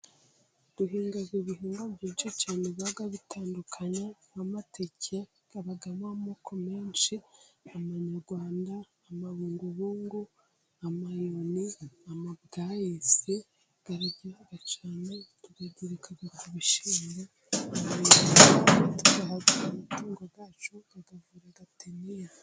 Duhinga ibihingwa byinshi bigiye bitandukanya, nk'amateke abamo amoko menshi: amanyarwanda, amabungubungu, amayoni, amabyayisi, araryoha cyane tuyagereka ku bishyimbo, abababi tuyaha amatungo yacu ayavura teniya.